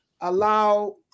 allow